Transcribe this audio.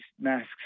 masks